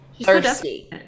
thirsty